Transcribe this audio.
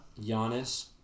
Giannis